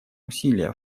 усилия